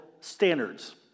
standards